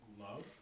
love